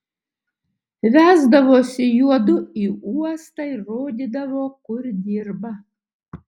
vesdavosi juodu į uostą ir rodydavo kur dirba